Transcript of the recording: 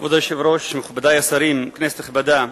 כבוד היושב-ראש, מכובדי השרים, כנסת נכבדה,